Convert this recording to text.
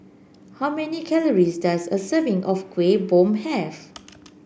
how many calories does a serving of Kuih Bom have